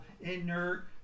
inert